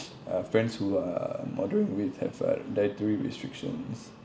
uh friends who I'm ordering with have a dietary restrictions